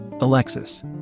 Alexis